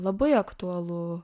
labai aktualu